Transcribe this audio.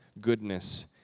goodness